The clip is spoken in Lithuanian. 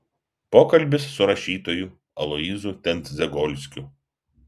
pokalbis su rašytoju aloyzu tendzegolskiu